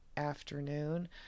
Afternoon